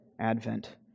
advent